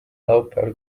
laupäeval